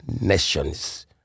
nations